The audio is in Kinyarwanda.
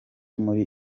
muri